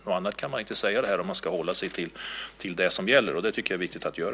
Något annat kan jag inte säga om jag ska hålla mig till det som gäller, och det tycker jag är viktigt att göra.